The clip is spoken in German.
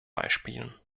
beispielen